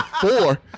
Four